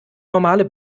normale